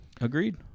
agreed